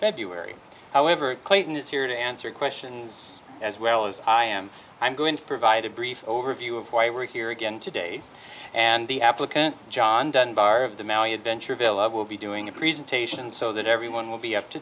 february however clinton is here to answer questions as well as i am i'm going to provide a brief overview of why we're here again today and the applicant john dunbar of the maui adventure bill of will be doing a presentation so that everyone will be up to